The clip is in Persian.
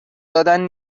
دادن